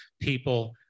people